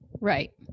Right